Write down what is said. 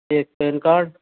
एक PAN card